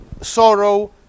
sorrow